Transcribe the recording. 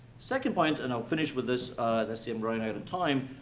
second point, and i'll finish with this, as i see i'm running out of time,